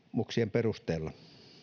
perusteella